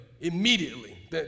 immediately